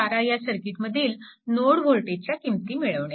12 ह्या सर्किटमधील नोड वोल्टेजच्या किंमती मिळवणे